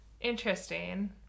interesting